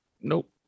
Nope